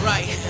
Right